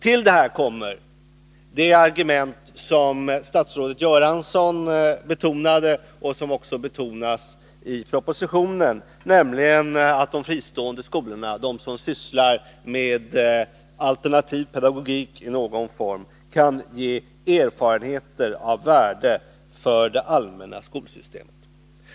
Till detta kommer det argument som statsrådet Göransson betonade, och som även betonas i propositionen, nämligen att de fristående skolor som sysslar med alternativ pedagogik i någon form kan ge erfarenheter av värde för det allmänna skolsystemet.